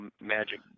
magic